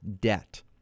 debt